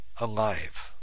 alive